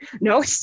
No